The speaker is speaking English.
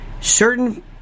Certain